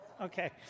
Okay